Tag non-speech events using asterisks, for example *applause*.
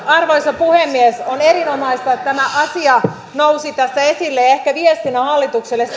arvoisa puhemies on erinomaista että tämä asia nousi tässä esille ehkä viestinä on hallitukselle *unintelligible*